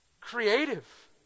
creative